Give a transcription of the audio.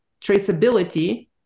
traceability